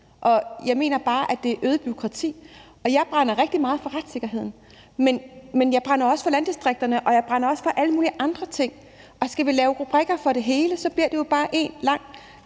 og jeg mener, at det giver øget bureaukrati. Jeg brænder rigtig meget for retssikkerheden, men jeg brænder også for landdistrikterne og alle mulige andre ting, og skal vi lave rubrikker for det hele, så bliver det jo bare en lang